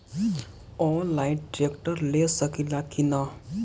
Online tractor ले सकीला कि न?